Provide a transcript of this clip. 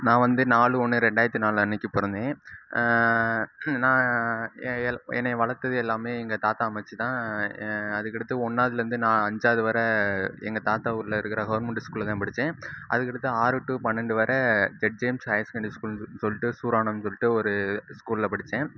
நான் வந்து நாலு ஒன்று ரெண்டாயிரத்தி நாலு அன்றைக்கி பிறந்தேன் நான் என்னையை வளர்த்தது எல்லாமே எங்கள் தாத்தா அம்மாச்சி தான் அதுக்கடுத்து ஒன்றாவதுலேருந்து நான் அஞ்சாவது வரை எங்கள் தாத்தா ஊரில் இருக்கிற கவர்மெண்ட்டு ஸ்கூலில் தான் படிச்சேன் அதுக்கடுத்து ஆறு டூ பன்னெண்டு வரை ஜெட் ஜெம் ஹையர் செக்கேண்டரி ஸ்கூல்ன்னு சொல்லிட்டு சூராணம் சொல்லிட்டு ஒரு ஸ்கூலில் படிச்சேன்